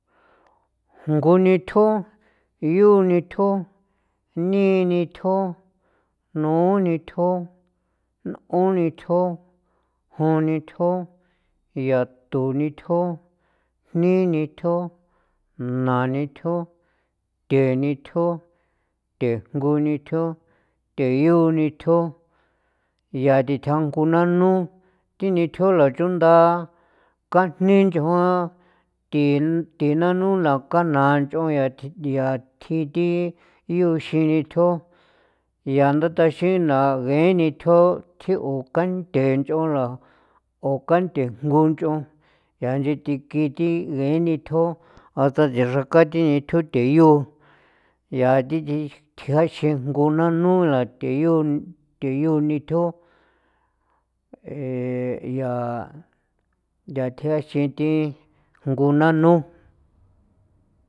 Jngu nithjo, yu nithjo, nii nithjo, nu nithjo, n'on nithjo, jun nithjo, yatu nithjo, jni nithjo, naa nithjo, the nithjo, thejngu nithjo, theyu nithjo, yaa thi tjangu nanu, thi nithjo la chunda kanjni nch'on thi thi nanula kana nch'on yaa thia thji thi you xi nithjo yaa nda taxinla ngee nithjo thjio kanthe nch'on la o kanthe jngu nch'on yaa nchi thiki thi ngee nithjo hasta xixrakaxi nithjo theyu yaa thi dithjaxin jngu nanu la, theyu theyu nithjo yaa yaa thjexin thi jngu nanu.